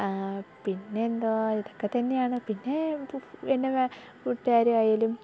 പിന്നെന്താ ഇതൊക്കെ തന്നെയാണ് പിന്നെ ഇത് എന്നെ കൂട്ടുകാരായാലും വീട്ടുകാരായാലും